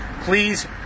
please